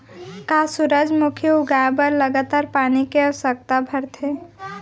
का सूरजमुखी उगाए बर लगातार पानी के आवश्यकता भरथे?